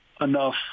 enough